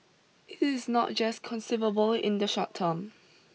it is not just conceivable in the short term